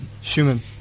Schumann